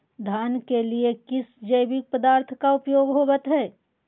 धान के लिए किस जैविक पदार्थ का उपयोग होवत है?